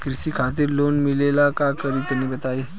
कृषि खातिर लोन मिले ला का करि तनि बताई?